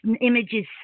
Images